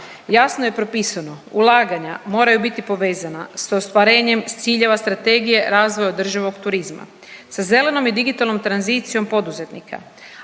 Jasno je propisano, ulaganja moraju biti povezana s ostvarenjem ciljeva Strategije razvoja održivog turizma, sa zelenom i digitalnom tranzicijom poduzetnika,